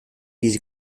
diese